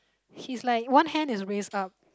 he's like one hand is raise up